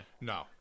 no